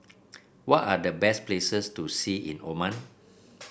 what are the best places to see in Oman